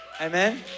amen